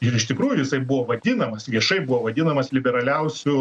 ir iš tikrųjų jisai buvo vadinamas viešai buvo vadinamas liberaliausiu